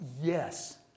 yes